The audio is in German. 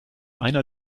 einer